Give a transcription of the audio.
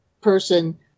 person